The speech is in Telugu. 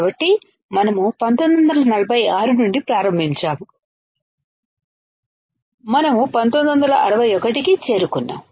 కాబట్టి మనం 1946 నుండి ప్రారంభించాము మనం 1961 కి చేరుకున్నాము